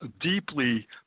deeply